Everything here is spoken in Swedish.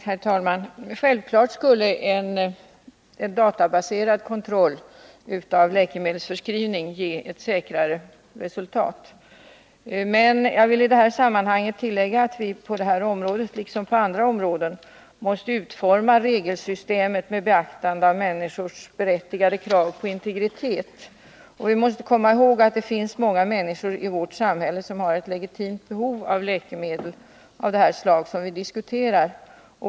Herr talman! Självklart skulle ett databaserat kontrollsystem av läkemedelsförskrivning ge ett säkrare resultat. Men i det här sammanhanget vill jag tillägga att vi på detta område liksom på andra måste utforma regelsystemet med beaktande av människors berättigade krav på integritet. Vi måste komma ihåg att det finns många människor i vårt samhälle som har ett legitimt behov av läkemedel av det slag som vi här diskuterar.